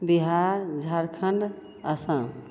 Bihar Jharkhand Assam